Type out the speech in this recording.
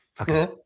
Okay